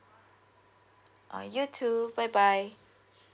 uh you too bye bye